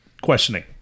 questioning